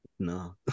No